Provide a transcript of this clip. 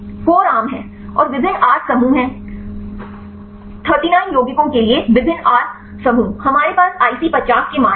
core आम है और विभिन्न आर समूह हैं 39 यौगिकों के लिए विभिन्न आर समूह हमारे पास IC50 के मान हैं